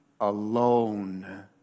alone